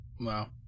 Wow